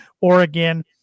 Oregon